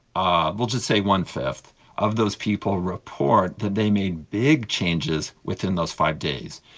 ah we'll just say one-fifth of those people report that they made big changes within those five days.